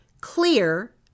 clear